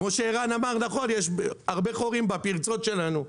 וכמו שערן אמר, נכון, יש הרבה חורים בפרצות שלנו,